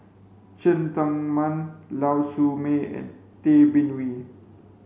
Cheng Tsang Man Lau Siew Mei and Tay Bin Wee